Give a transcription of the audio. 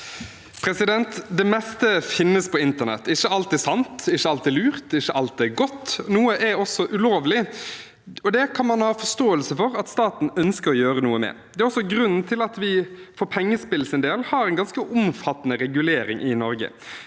leder): Det meste finnes på internett. Ikke alt er sant, ikke alt er lurt, og ikke alt er godt. Noe er også ulovlig, og det kan man ha forståelse for at staten ønsker å gjøre noe med. Det er også grunnen til at vi for pengespill sin del har en ganske omfattende regulering i Norge.